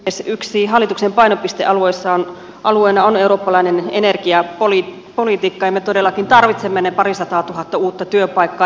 yksi hallituksen painopistealue on eurooppalainen energiapolitiikka ja me todellakin tarvitsemme ne parisataatuhatta uutta työpaikkaa